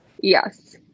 Yes